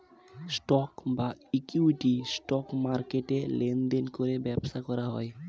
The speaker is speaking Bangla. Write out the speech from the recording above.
স্টক বা ইক্যুইটি, স্টক মার্কেটে লেনদেন করে ব্যবসা করা হয়